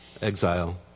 exile